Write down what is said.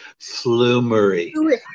flumery